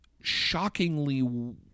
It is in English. shockingly